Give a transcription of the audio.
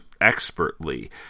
expertly